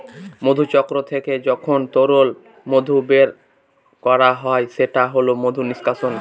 মধুচক্র থেকে যখন তরল মধু বের করা হয় সেটা হল মধু নিষ্কাশন